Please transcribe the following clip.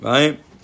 Right